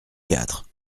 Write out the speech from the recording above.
quatre